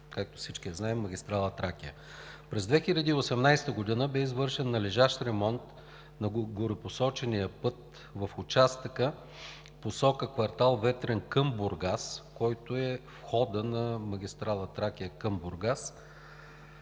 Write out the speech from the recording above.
както всички я знаем магистрала „Тракия“. През 2018 г. бе извършен належащ ремонт на горепосочения път в участъка в посока от квартал „Ветрен“ към Бургас, който е входът на магистрала „Тракия“ към Бургас